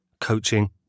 coaching